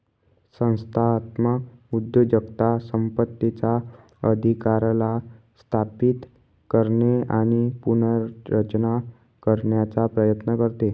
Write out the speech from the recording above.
संस्थात्मक उद्योजकता संपत्तीचा अधिकाराला स्थापित करणे आणि पुनर्रचना करण्याचा प्रयत्न करते